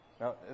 Now